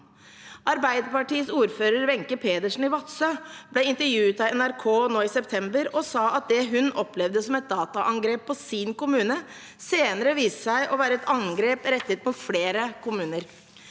Arbeiderpartiets ordfører i Vadsø, Wenche Pedersen, ble intervjuet av NRK nå i september og sa at det hun opplevde som et dataangrep på sin kommune, senere viste seg å være et angrep rettet mot flere kommuner.